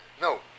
No